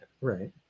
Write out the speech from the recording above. Right